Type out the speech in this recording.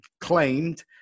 claimed